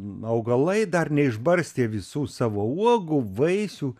augalai dar neišbarstė visų savo uogų vaisių